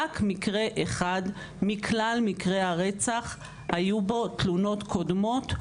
רק מקרה אחד מכלל מקרי הרצח היו בו תלונות קודמות.